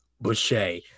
Boucher